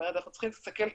אנחנו צריכים להסתכל קדימה,